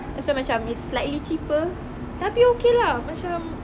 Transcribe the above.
that's why macam it's slightly cheaper tapi okay lah macam